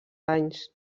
anys